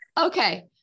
okay